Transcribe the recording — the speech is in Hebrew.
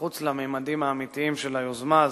מחוץ לממדים האמיתיים של היוזמה הזאת,